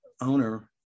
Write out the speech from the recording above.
owner